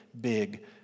big